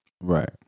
Right